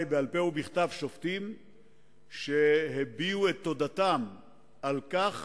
בעל-פה ובכתב שופטים והביעו את תודתם על כך